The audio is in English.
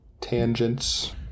tangents